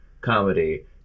comedy